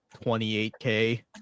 28k